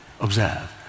observe